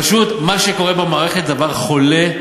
פשוט מה שקורה במערכת זה דבר חולה,